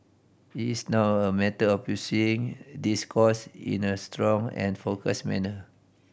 it is now a matter of pursuing this course in a strong and focused manner